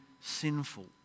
sinful